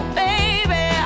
baby